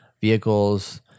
vehicles